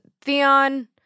Theon